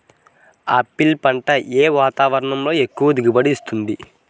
Apple పంట ఏ వాతావరణంలో ఎక్కువ దిగుబడి ఇస్తుంది?